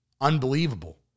unbelievable